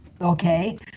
Okay